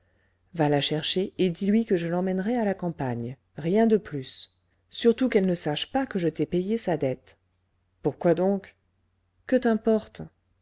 va la chercher et dis-lui que je l'emmènerai à la campagne rien de plus surtout qu'elle ne sache pas que je t'ai payé sa dette pourquoi donc que t'importe